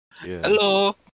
hello